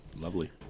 lovely